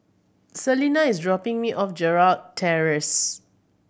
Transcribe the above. Celena is dropping me off at Gerald Terrace